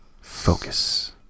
focus